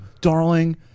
darling